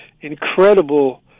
incredible